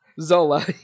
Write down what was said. zola